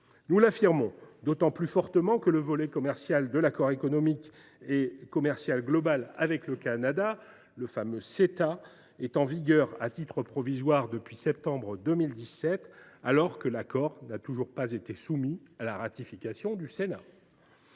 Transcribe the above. Nous l’affirmons d’autant plus fortement que le volet commercial de l’accord économique et commercial global avec le Canada, le fameux Ceta, est en vigueur à titre provisoire depuis le mois de septembre 2017, alors qu’il n’a toujours pas été soumis à la ratification du Sénat.